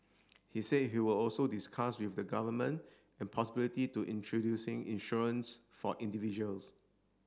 he said he would also discuss with the government an possibility to introducing insurance for individuals